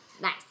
Nice